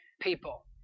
people